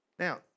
Now